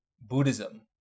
Buddhism